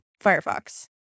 Firefox